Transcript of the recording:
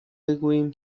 بگوییم